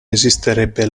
esisterebbe